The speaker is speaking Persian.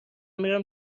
میرم